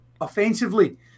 Offensively